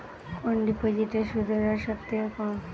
কোন ডিপোজিটে সুদের হার সবথেকে কম?